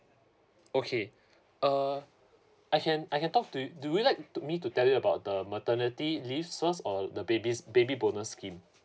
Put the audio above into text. okay uh I can I can talk to you do like to me to tell you about the maternity leave first or the baby's baby bonus scheme